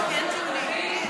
בסדר גמור.